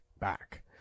back